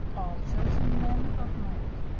all chosen men of might,